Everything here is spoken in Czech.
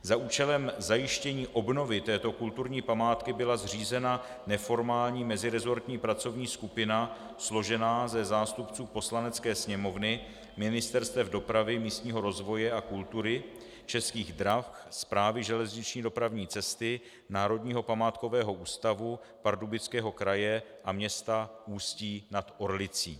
Za účelem zajištění obnovy této kulturní památky byla zřízena neformálně meziresortní pracovní skupina složená ze zástupců Poslanecké sněmovny, ministerstev dopravy, pro místní rozvoj a kultury, Českých drah, Správy železniční dopravní cesty, Národního památkového ústavu, Pardubického kraje a města Ústí nad Orlicí.